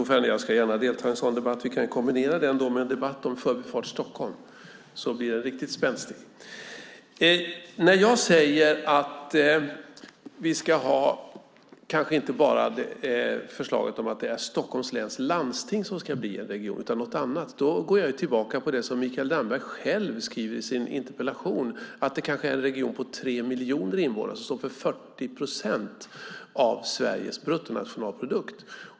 Herr talman! Jag ska gärna delta i en sådan debatt. Vi kan kombinera den med en debatt om Förbifart Stockholm, så blir den riktigt spänstig. När jag säger att det inte bara handlar om förslaget att Stockholms läns landsting ska bli en region utan om något annat går jag tillbaka till det som Mikael Damberg själv skriver i sin interpellation. Han skriver att det kanske handlar om en region på tre miljoner invånare som står för 40 procent av Sveriges bruttonationalprodukt.